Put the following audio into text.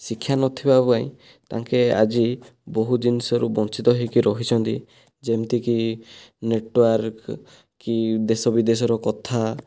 ଶିକ୍ଷା ନଥିବା ପାଇଁ ତାଙ୍କେ ଆଜି ବହୁ ଜିନିଷରୁ ବଞ୍ଚିତ ହୋଇ ରହୁଛନ୍ତି ଯେମିତିକି ନେଟୱାର୍କ୍ କି ଦେଶ ବିଦେଶର କଥା